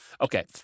okay